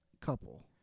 couple